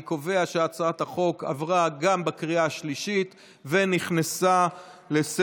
אני קובע שהצעת החוק הבנקאות (שירות ללקוח)